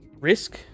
risk